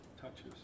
touches